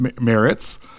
merits